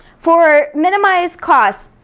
for minimized cost,